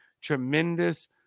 tremendous